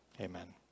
Amen